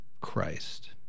Christ